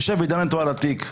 יושב ודן איתו על התיק.